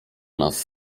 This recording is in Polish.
nas